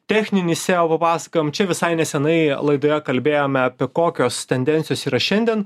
techninį seo papasakojom čia visai nesenai laidoje kalbėjome apie kokios tendencijos yra šiandien